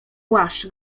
płaszcz